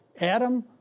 Adam